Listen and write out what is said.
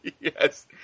Yes